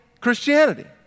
Christianity